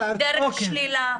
יש הגדרה.